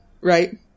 right